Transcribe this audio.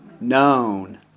known